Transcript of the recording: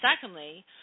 Secondly